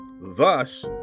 thus